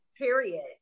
period